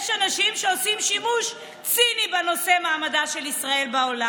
יש אנשים שעושים שימוש ציני בנושא מעמדה של ישראל בעולם.